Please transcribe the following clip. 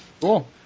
Cool